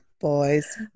boys